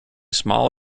small